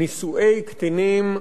נישואי קטינים,